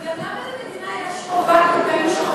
גם למה למדינה יש חובה כלפי מי שחוזר